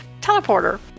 teleporter